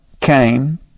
came